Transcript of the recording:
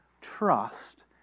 trust